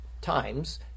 times